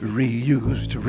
reused